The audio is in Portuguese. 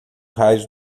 raios